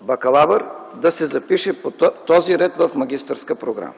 „бакалавър”, да се запише по този ред в магистърска програма.